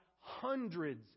hundreds